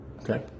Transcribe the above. Okay